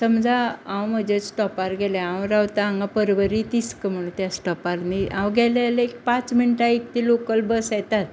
समजा हांव म्हज्या स्टॉपार गेले हांव रावता हांगा पर्वरी तिस्क म्हुणुन त्या स्टॉपार न्ही हांव गेलें जाल्यार एक पाच मिनटान एक ती लोकल बस येताच